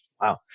Wow